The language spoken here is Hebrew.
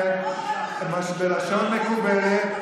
סגן ראש המוסד, למי אתה לוחץ את